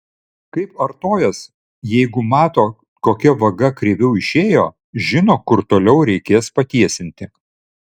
kaip artojas jeigu mato kokia vaga kreiviau išėjo žino kur toliau reikės patiesinti